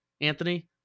Anthony